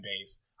base